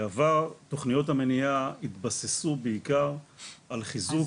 בעבר תוכניות המניעה התבססו בעיקר על חיזוק